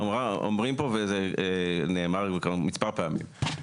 אמורים פה וזה נאמר כבר מספר פעמים,